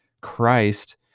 Christ